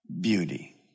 beauty